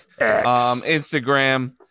Instagram